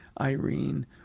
Irene